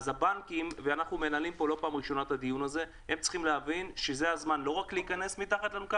אנחנו מנהלים כאן את הדיון הזה לא בפעם הראשונה והבנקים צריכים